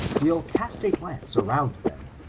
will cast a glance around them,